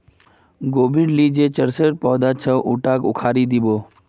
गोबीर ली जे चरसेर पौधा छ उटाक उखाड़इ दी बो